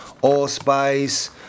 allspice